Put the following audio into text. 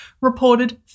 reported